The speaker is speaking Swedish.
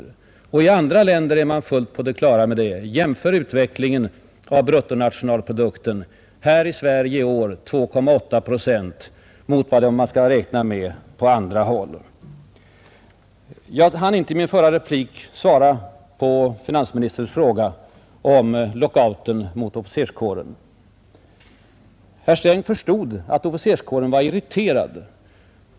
I andra länder är man i varje fall medveten om det. Jämför utvecklingen av bruttonationalprodukten här i Sverige som i år förväntas öka med bara 2,8 procent medan motsvarande siffror på andra håll är avsevärt högre, ett praktiskt resultat av en dynamisk syn. I min förra replik hann jag inte svara på finansministerns fråga om lockouten mot officerskåren. Herr Sträng sade sig förstå att officerskåren var ”irriterad”.